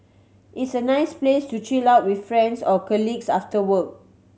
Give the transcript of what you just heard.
it's a nice place to chill out with friends or colleagues after work